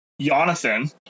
Jonathan